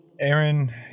Aaron